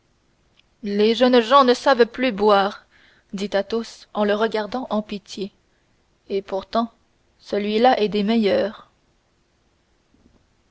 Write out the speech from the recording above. les jeunes gens ne savent plus boire dit athos en le regardant en pitié et pourtant celui-là est des meilleurs